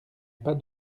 pas